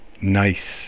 nice